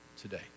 today